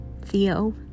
Theo